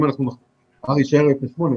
אם ה-R יישאר 0.8,